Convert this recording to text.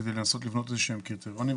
כדי לנסות לבנות איזה שהם קריטריונים,